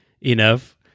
enough